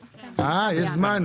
אה, אז יש זמן.